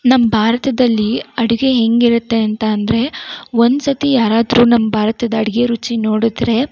ನಮ್ಮ ಭಾರತದಲ್ಲಿ ಅಡುಗೆ ಹೇಗಿರುತ್ತೆ ಅಂತ ಅಂದರೆ ಒಂದು ಸತಿ ಯಾರಾದರೂ ನಮ್ಮ ಭಾರತದ ಅಡುಗೆ ರುಚಿ ನೋಡಿದ್ರೆ